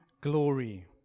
glory